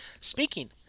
Speaking